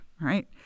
right